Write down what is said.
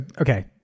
okay